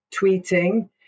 tweeting